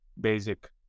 basic